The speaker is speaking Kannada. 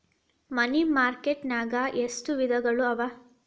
ಮನಿ ಮಾರ್ಕೆಟ್ ನ್ಯಾಗ್ ಎಷ್ಟವಿಧಗಳು ಅವ?